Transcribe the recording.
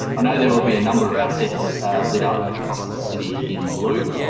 i know there will be a number of assets lit up across the city in blue,